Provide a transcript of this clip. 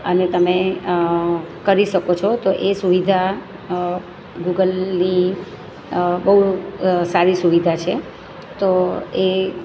અને તમે કરી શકો છો તો એ સુવિધા ગુગલની બહુ સારી સુવિધા છે તો એ